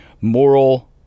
moral